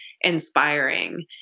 inspiring